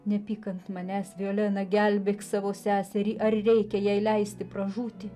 nepyk ant manęs violena gelbėk savo seserį ar reikia jai leisti pražūti